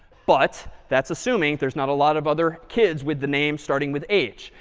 but that's assuming there's not a lot of other kids with the name starting with h.